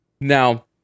Now